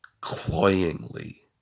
cloyingly